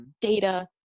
data